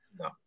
No